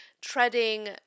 treading